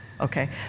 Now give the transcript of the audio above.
okay